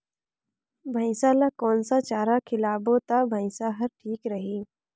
भैसा ला कोन सा चारा खिलाबो ता भैंसा हर ठीक रही?